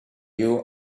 you